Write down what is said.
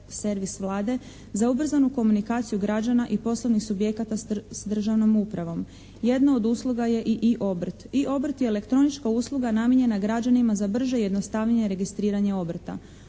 servis Vlade za ubrzanu komunikaciju građana i poslovnih subjekata sa državnom upravom. Jedna od usluga je i «I obrt». «I obrt» je elektronička usluga namijenjena građanima za brže i jednostavnije registriranje obrta.